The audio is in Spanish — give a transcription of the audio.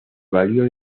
valió